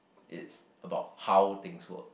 it's about how things work